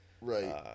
Right